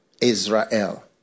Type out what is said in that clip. Israel